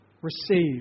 receive